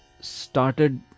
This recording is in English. started